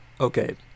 Okay